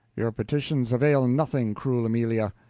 your petitions avail nothing, cruel amelia.